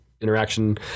interaction